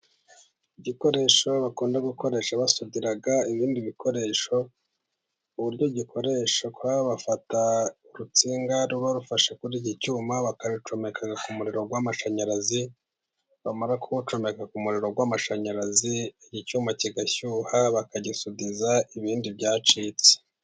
Igikoresho bakunda gukoresha basudira ibindi bikoresho. Uburyo gikoreshwa bafata urutsinga ruba rufashe kuri iki cyuma bagacomeka ku muriro w'amashanyarazi, bamara kuwucomeka ku muriro w'amashanyarazi icyuma kigashyuha, bakagisudiriza ibindi byacitse.